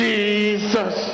Jesus